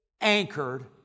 anchored